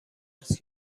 است